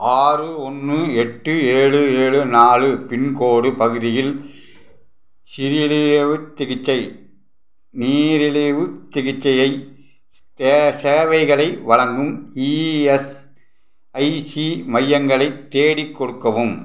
ஆறு ஒன்று எட்டு ஏழு ஏழு நாலு பின்கோடு பகுதியில் சிரியலியவ் சிகிச்சை நீரிழிவு சிகிச்சையை சே சேவைகளை வழங்கும் இஎஸ்ஐசி மையங்களை தேடிக் கொடுக்கவும்